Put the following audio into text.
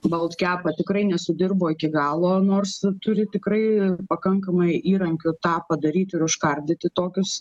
baltkepą tikrai nesudirbo iki galo nors turi tikrai pakankamai įrankių tą padaryti ir užkardyti tokius